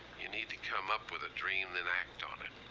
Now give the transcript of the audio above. you need to come up with a dream, then act on it.